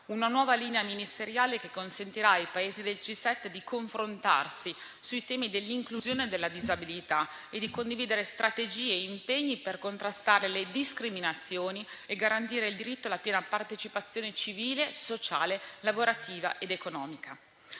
una nuova linea ministeriale che consentirà ai Paesi del G7 di confrontarsi sui temi dell'inclusione e della disabilità, di condividere strategie e impegni per contrastare le discriminazioni e garantire il diritto alla piena partecipazione civile, sociale, lavorativa ed economica.